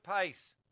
pace